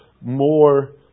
more